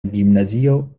gimnazio